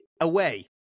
away